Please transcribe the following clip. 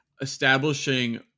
establishing